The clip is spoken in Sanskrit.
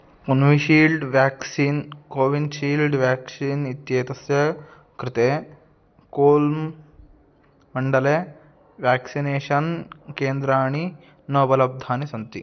कोन्वेशील्ड् व्याक्सीन् कोविन्शील्ड् व्याक्शीन् इत्येतस्य कृते कोल् मण्डले व्याक्सिनेषन् केन्द्राणि न उपलब्धानि सन्ति